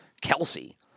Kelsey